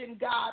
God